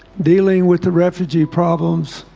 dealing with the refugee problems